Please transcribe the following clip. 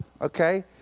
Okay